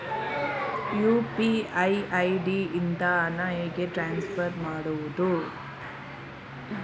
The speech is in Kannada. ಯು.ಪಿ.ಐ ಐ.ಡಿ ಇಂದ ಹಣ ಹೇಗೆ ಟ್ರಾನ್ಸ್ಫರ್ ಮಾಡುದು?